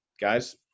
Guys